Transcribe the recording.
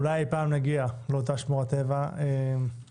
אולי פעם נגיע לאותה שמורת טבע מרהיבה.